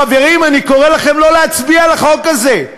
חברים, אני קורא לכם לא להצביע לחוק הזה.